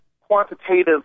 quantitative